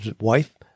wife